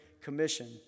Commission